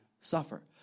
suffer